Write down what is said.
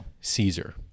Caesar